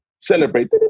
celebrate